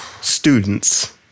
students